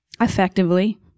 Effectively